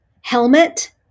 Helmet